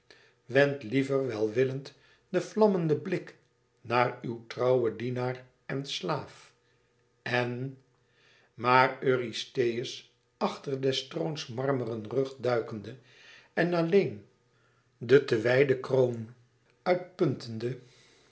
wend liever welwillend den vlammenden blik naar uw trouwen dienaar en slaaf en maar eurystheus achter des troons marmeren rug duikende en alleen de te wijde kroon